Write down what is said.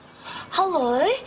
Hello